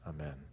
Amen